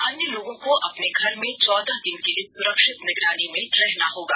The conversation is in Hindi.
अन्य लोगों को अपने घर में चौदह दिन के लिए सुरक्षित निगरानी में रहना होगा